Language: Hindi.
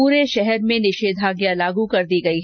पूरे शहर में निषेधाज्ञा लागू कर दी गयी है